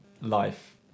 life